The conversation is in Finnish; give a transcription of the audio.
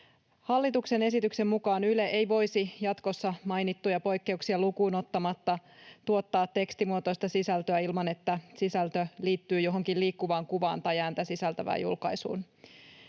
Hallituksen esityksen mukaan Yle ei voisi jatkossa mainittuja poikkeuksia lukuun ottamatta tuottaa tekstimuotoista sisältöä ilman että sisältö liittyy johonkin liikkuvaa kuvaa tai ääntä sisältävään julkaisuun.